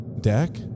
deck